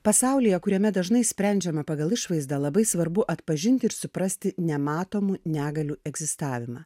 pasaulyje kuriame dažnai sprendžiame pagal išvaizdą labai svarbu atpažinti ir suprasti nematomų negalių egzistavimą